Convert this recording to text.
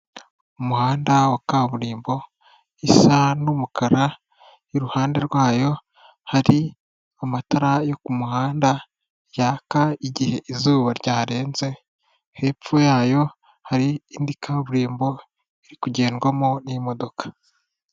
Umuhanda wa kaburimbo isa n'umukara, iruhande rwayo hari amatara yo ku muhanda yaka igihe izuba ryarenze, hepfo yayo hari indi kaburimbo iri kugendwamo n'imodoka.